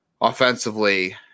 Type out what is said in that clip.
offensively